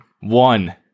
One